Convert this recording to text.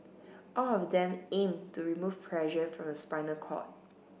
all of them aim to remove pressure from the spinal cord